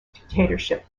dictatorship